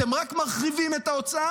אתם רק מרחיבים את ההוצאה.